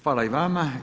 Hvala i vama.